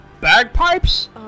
bagpipes